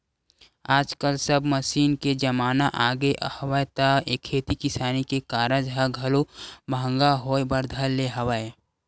आजकल सब मसीन के जमाना आगे हवय त खेती किसानी के कारज ह घलो महंगा होय बर धर ले हवय